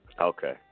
Okay